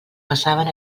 passaven